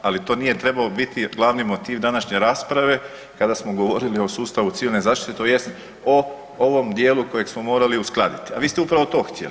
Ali to nije trebao biti glavni motiv današnje rasprave kada smo govorili o sustavu civilne zaštite tj. o ovom dijelu kojeg smo morali uskladiti, a vi ste upravo to htjeli.